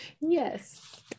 Yes